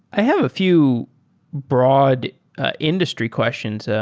i have a few broad industry questions and